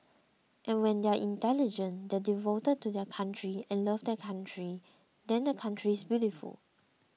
and when they are intelligent they are devoted to their country and love their country then the country is beautiful